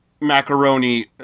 macaroni